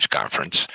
Conference